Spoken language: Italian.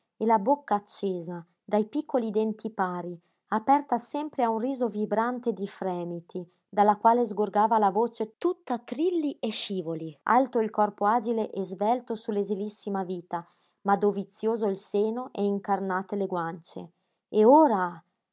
e la bocca accesa dai piccoli denti pari aperta sempre a un riso vibrante di fremiti dalla quale sgorgava la voce tutta trilli e scivoli alto il corpo agile e svelto su l'esilissima vita ma dovizioso il seno e incarnate le guance e ora